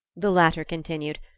the latter continued,